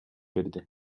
берди